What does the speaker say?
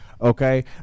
Okay